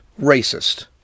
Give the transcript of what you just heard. racist